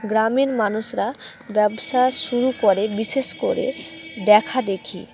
গ্রামের মানুষরা ব্যবসা শুরু করে বিশেষ করে দেখাদেখি